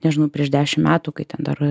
nežinau prieš dešimt metų kai ten dar